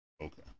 Okay